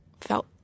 felt